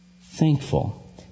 thankful